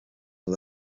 and